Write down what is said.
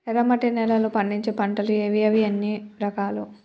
ఎర్రమట్టి నేలలో పండించే పంటలు ఏవి? అవి ఎన్ని రకాలు?